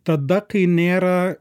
tada kai nėra